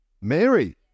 Mary